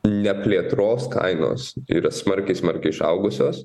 ne plėtros kainos yra smarkiai smarkiai išaugusios